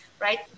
right